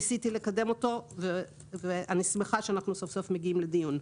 ניסיתי לקדם אותו ואני שמחה שאנחנו סוף סוף מגיעים לדיון.